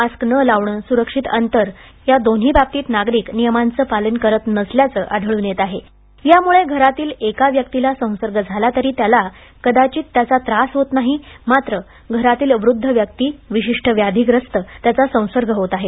mask न लावणे physical distancing या दोन्ही बाबतीत नागरिक नियमांचं पालन करीत नसल्याचे आढळून येत आहे त्यामुळे घरातील एका व्यक्तीला संसर्ग झाला तरी त्याला कदाचित त्याचा त्रास होत नाही मात्र घरातील वृद्ध व्यक्ती विशिष्ट व्याधीग्रस्त म्हणजेच कोमारबीड वृद्वांना त्याचा संसर्ग होत आहे